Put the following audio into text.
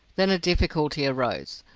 then a difficulty arose.